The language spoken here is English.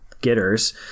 getters